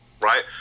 right